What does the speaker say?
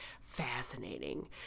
Fascinating